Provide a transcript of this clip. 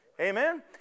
Amen